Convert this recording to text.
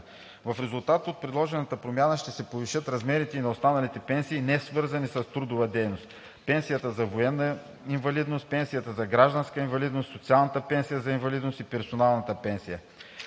В резултат от предложената промяна ще се повишат размерите и на останалите пенсии, несвързани с трудова дейност (пенсията за военна инвалидност, пенсията за гражданска инвалидност, социалната пенсия за инвалидност и персоналната пенсия),